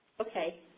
Okay